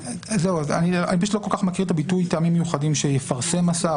אני פשוט לא כל כך מכיר את הביטוי 'טעמים מיוחדים שיפרסם השר',